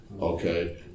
Okay